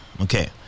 Okay